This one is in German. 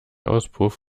auspuff